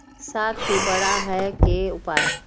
साग के बड़ा है के उपाय?